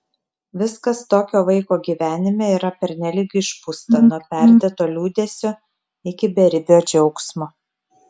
viskas tokio vaiko gyvenime yra pernelyg išpūsta nuo perdėto liūdesio iki beribio džiaugsmo